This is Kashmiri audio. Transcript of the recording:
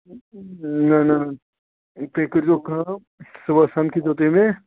نہَ نہَ نہَ تُہۍ کٔرۍزیٚو کٲم صُبحس سَمکھیٖزیٚو تُہۍ مےٚ